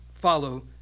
follow